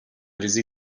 ریزی